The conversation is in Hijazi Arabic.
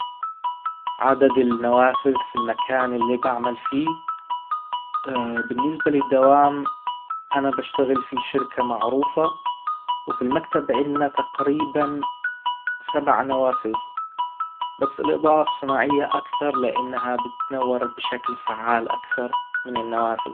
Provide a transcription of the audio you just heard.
عدد النوافذ في المكان اللي بعمل فيه بالنسبة للدوام انا بشتغل في شركة معروفة وفي المكتب عندنا تقريبا سبع نوافذ بس الإضاءة الصناعية اكثر لانها بتنور بشكل فعال اكثر النوافذ